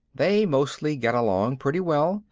they mostly get along pretty well,